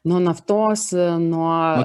nuo naftos nuo